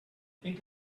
think